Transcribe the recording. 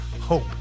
hope